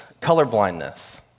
colorblindness